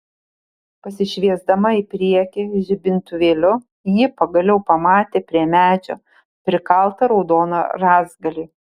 pasišviesdama į priekį žibintuvėliu ji pagaliau pamatė prie medžio prikaltą raudoną rąstgalį